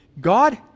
God